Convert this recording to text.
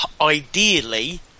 ideally